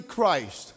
Christ